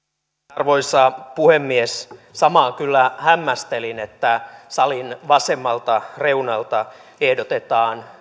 arvoisa puhemies samaa kyllä hämmästelin että salin vasemmalta reunalta ehdotetaan